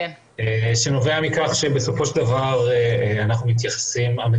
לכן המטופלים מתקשים לייצר וגם אנחנו מתקשים לייצר רצף טיפולי